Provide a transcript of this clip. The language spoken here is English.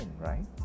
right